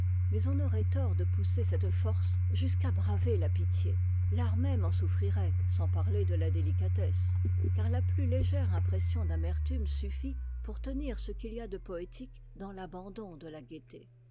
mais on aurait tort de pousser cette force jusqu'à braver la pitié l'art même en souffrirait sans parler de la délicatesse car la plus légère impression d'amertume suffit pour tenir ce qu'il y a de poétique dans l'abandon de la gaieté